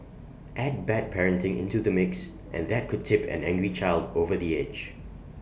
add bad parenting into the mix and that could tip an angry child over the edge